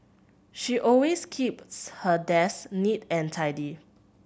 she always keeps her desk neat and tidy